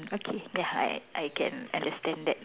okay ya I I can understand that